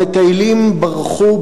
המטיילים ברחו,